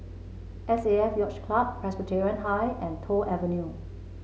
S A F Yacht Club Presbyterian High and Toh Avenue